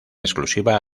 exclusiva